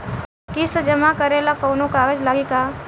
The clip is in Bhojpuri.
किस्त जमा करे ला कौनो कागज लागी का?